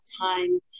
time